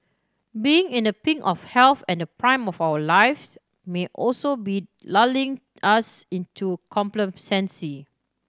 being in the pink of health and the prime of our lives may also be lulling us into complacency